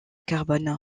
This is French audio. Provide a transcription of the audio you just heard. carbone